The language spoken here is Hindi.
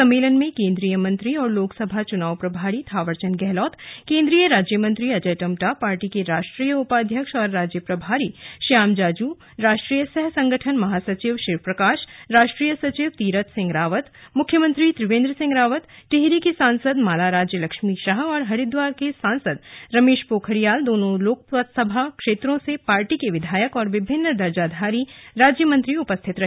सम्मेलन में केंद्रीय मंत्री और लोकसभा चुनाव प्रभारी थावर चंद गहलोत केंद्रीय राज्यमंत्री अजय टम्टा पार्टी के राष्ट्रीय उपाध्यक्ष और राज्य प्रभारी श्याम जाजू राष्ट्रीय सह संगठन महासचिव शिवप्रकाश राष्ट्रीय सचिव तीरथ सिंह रावत मुख्यमंत्री त्रिवेंद्र रावत टिहरी की सांसद माला राज्य लक्ष्मी शाह हरिद्वार के सांसद रमेश पोखरियाल दोनों लोकसभा क्षेत्रों से पार्टी के विधायक विभिन्न दर्जाधारी राज्यमंत्री उपस्थित रहे